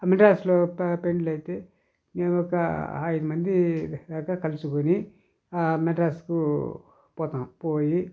ఆ మద్రాస్లో పెళ్లి అయితే మేము ఒక ఐదు మంది దాకా కలుసుకొని ఆ మద్రాస్కు పోతాం పోయి